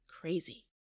crazy